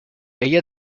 ella